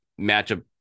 matchup